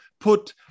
put